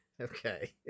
Okay